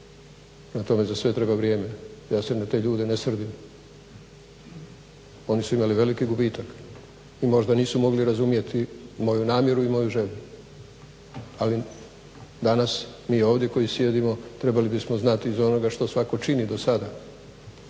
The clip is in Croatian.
tome za sve treba vrijeme, ja se na te ljude ne srdim, oni su imali velikih gubitaka i možda nisu mogli razumjeti moju namjeru i moju želju ali danas mi ovdje koji sjedimo trebali bismo znati iz onoga što svatko čini do sada,